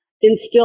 instill